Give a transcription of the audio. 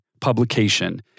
publication